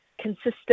consistent